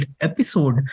episode